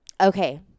Okay